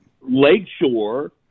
Lakeshore